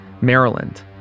Maryland